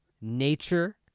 nature